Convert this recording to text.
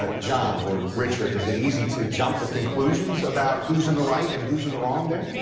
ah john, or richard, is it easy to jump to conclusion about who's in the right, and who's in the wrong, then?